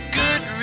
good